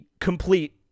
complete